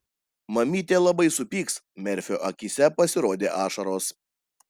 mamytė labai supyks merfio akyse pasirodė ašaros